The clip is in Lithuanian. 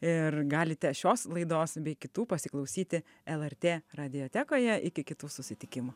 ir galite šios laidos bei kitų pasiklausyti lrt radiotekoje iki kitų susitikimų